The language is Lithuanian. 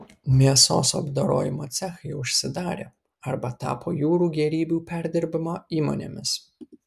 mėsos apdorojimo cechai užsidarė arba tapo jūrų gėrybių perdirbimo įmonėmis